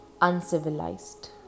uncivilized